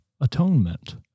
atonement